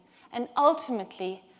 an, ultimately,